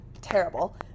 terrible